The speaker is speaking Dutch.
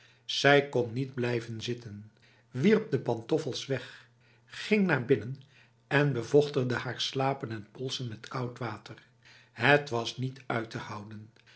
zij kon niet blijven zitten wierp de pantoffels weg ging naar binnen en bevochtigde haar slapen en polsen met koud water het was niet uit te houden